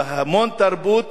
תהיה בה המון תרבות,